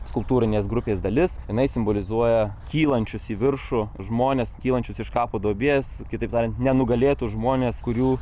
skulptūrinės grupės dalis jinai simbolizuoja kylančius į viršų žmones kylančius iš kapo duobės kitaip tariant nenugalėtus žmones kurių